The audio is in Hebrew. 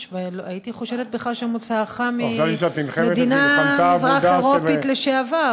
הייתי חושדת בך שמוצאך ממדינה מזרח אירופית לשעבר,